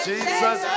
Jesus